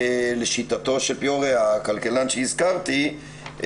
לשיטתו של הכלכלן שהזכרתי,